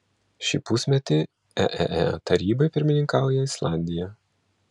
šį pusmetį eee tarybai pirmininkauja islandija